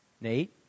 Nate